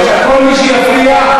כל מי שיפריע,